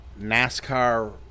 NASCAR